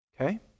Okay